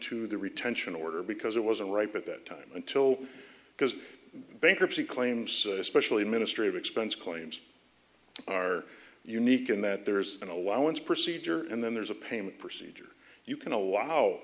to the retention order because it wasn't right but that time until because bankruptcy claims especially ministry of expense claims are unique in that there's an allowance procedure and then there's a payment procedure you can allow